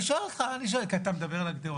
אני שואל אותך, כי אתה מדבר על הגדרות.